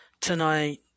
tonight